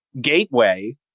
gateway